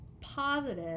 positive